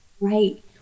Right